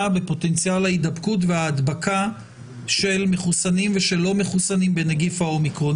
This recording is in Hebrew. בפוטנציאל ההידבקות וההדבקה של מחוסנים ושל לא מחוסנים בנגיף ה-אומיקרון.